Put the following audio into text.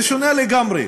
זה שונה לגמרי.